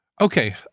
Okay